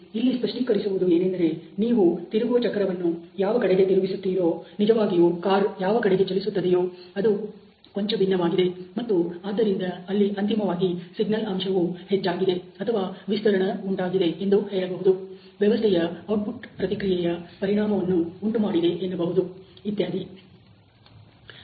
ಇಲ್ಲಿ ಸ್ಪಷ್ಟೀಕರಿಸುವದು ಏನೆಂದರೆ ನೀವು ತಿರುಗುವ ಚಕ್ರವನ್ನು ಯಾವ ಕಡೆಗೆ ತಿರುಗಿಸುತ್ತಿರೋನಿಜವಾಗಿಯೂ ಕಾರ್ ಯಾವ ಕಡೆಗೆ ಚಲಿಸುತ್ತದೆಯೋ ಅದು ಕೊಂಚ ಭಿನ್ನವಾಗಿದೆ ಮತ್ತು ಆದ್ದರಿಂದ ಅಲ್ಲಿ ಅಂತಿಮವಾಗಿ ಸಿಗ್ನಲ್ ಅಂಶವು ಹೆಚ್ಚಾಗಿದೆ ಅಥವಾ ವಿಸ್ತರಣ ಉಂಟಾಗಿದೆ ಎಂದು ಹೇಳಬಹುದು ವ್ಯವಸ್ಥೆಯ ಔಟ್ಪುಟ್ ಪ್ರತಿಕ್ರಿಯೆಯ ಪರಿಣಾಮವನ್ನು ಉಂಟು ಮಾಡಿದೆ ಎನ್ನಬಹುದು ಇತ್ಯಾದಿ